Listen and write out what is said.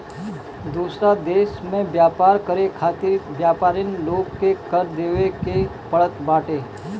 दूसरा देस में व्यापार करे खातिर व्यापरिन लोग के कर देवे के पड़त बाटे